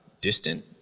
distant